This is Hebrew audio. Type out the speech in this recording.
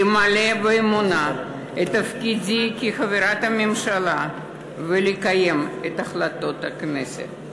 למלא באמונה את תפקידי כחברת הממשלה ולקיים את החלטות הכנסת.